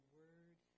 word